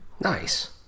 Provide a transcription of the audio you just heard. Nice